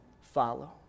follow